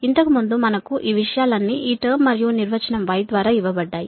ఇంతకుముందు మనకు ఈ విషయాలన్నీ ఈ టర్మ్ మరియు నిర్వచనం Y ద్వారా ఇవ్వబడ్డాయి